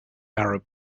arab